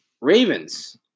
Ravens